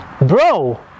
bro